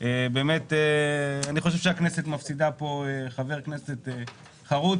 חושב שהכנסת מפסידה פה חבר כנסת חרוץ,